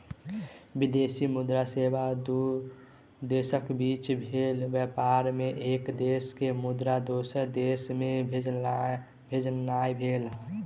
विदेशी मुद्रा सेवा दू देशक बीच भेल व्यापार मे एक देश के मुद्रा दोसर देश मे भेजनाइ भेलै